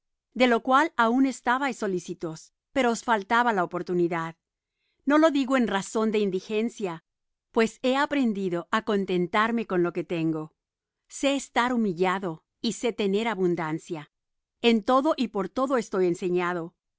de lo cual aun estabais solícitos pero os faltaba la oportunidad no lo digo en razón de indigencia pues he aprendido á contentarme con lo que tengo sé estar humillado y sé tener abundancia en todo y por todo estoy enseñado